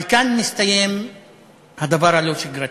אבל כאן מסתיים הדבר הלא-שגרתי,